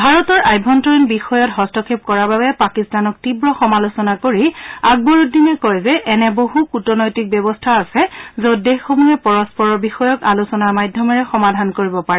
ভাৰতৰ আভ্যন্তৰীণ বিষয়ত হস্তক্ষেপ কৰাৰ বাবে পাকিস্তানক তীৱ সমালোচনা কৰি আকবৰউদ্দিনে কয় যে এনেকুৱা বহুত কূটনৈতিক ব্যৱস্থা আছে য'ত দেশসমূহে পৰস্পৰ বিষয়ক আলোচনাৰ মাধ্যমেৰে সমাধান কৰিব পাৰে